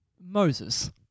Moses